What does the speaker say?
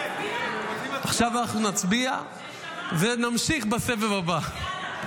עכשיו אנחנו נצביע ונמשיך בסבב הבא.